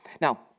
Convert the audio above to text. Now